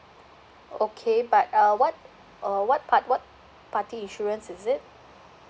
okay but uh what uh what part what party insurance is it